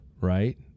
right